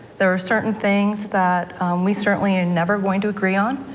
there are certain things that we certainly never going to agree on,